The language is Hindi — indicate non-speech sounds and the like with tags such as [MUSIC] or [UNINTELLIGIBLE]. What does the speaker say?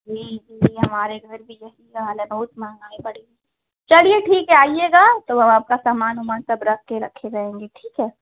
जी जी हमारे घर भी यही [UNINTELLIGIBLE] हालत बहुत महंगाई बढ़ गई चलिए ठीक है आइएगा तब आपका समान उमान सब रख कर रखे रहेंगे ठीक हैं